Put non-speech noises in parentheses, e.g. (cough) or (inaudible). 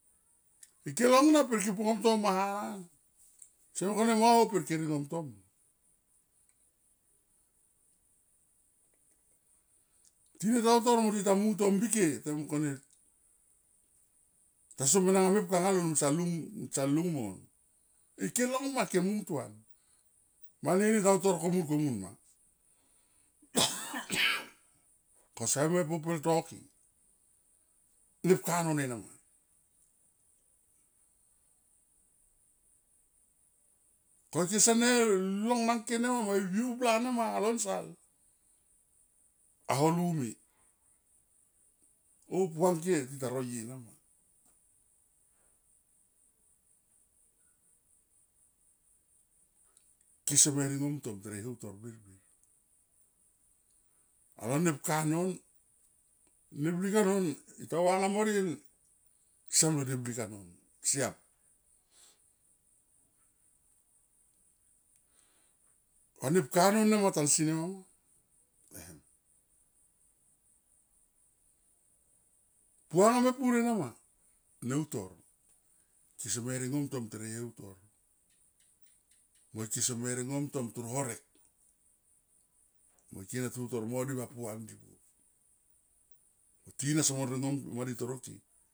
Ike long ena pe ke po ngom tom ma hana na, sene mung kone mo ho pe ke ngom tom ma. Tina ta utor mori tar mun to bike ta mung kone taso menenga mepka nga lon (hesitation) nsalung mon, ike long ma ike muntuan mani ni ta utor komun komun ma (noise) ko seme po pelto ke mepka ron ena ma ko ike sene long nang ke nema mo i viu bla nema lo nsal a ho lume o puang ke tita roie nama. Kese me ringom tom tere heutor birbir, alo nepka non ne blik ano yo ta va anga mo rien siam lo ne blik anon, siam. Ko nepka non nema tansi nema ma, em puanga me pur ana ma ne utor kese me ringom to tene eutor mo ike seme ringom tom toro horek mo ike na tutor mo di va puandi buap, mo tina somo ringo madi tono ke.